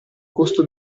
costo